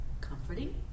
Comforting